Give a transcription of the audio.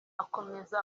akomeza